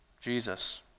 Jesus